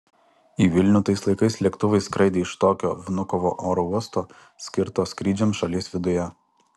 į vilnių tais laikais lėktuvai skraidė iš tokio vnukovo oro uosto skirto skrydžiams šalies viduje